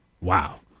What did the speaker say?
Wow